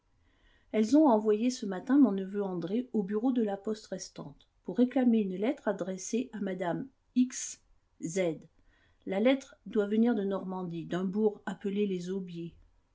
elles ont envoyé ce matin mon neveu andré au bureau de la poste restante pour réclamer une lettre adressée à mme x z la lettre doit venir de normandie d'un bourg appelé les aubiers